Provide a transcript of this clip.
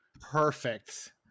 Perfect